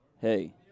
Hey